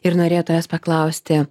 ir norėjau tavęs paklausti